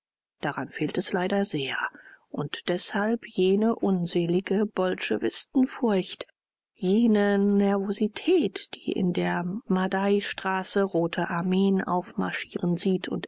daran fehlt es leider sehr und deshalb jene unselige bolschewistenfurcht jene nervosität die in der madaistraße rote armeen aufmarschieren sieht